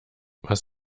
was